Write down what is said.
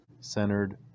centered